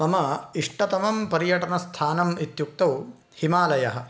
मम इष्टतमं पर्यटनस्थानम् इत्युक्तौ हिमालयः